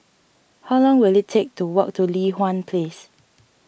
how long will it take to walk to Li Hwan Place